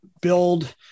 build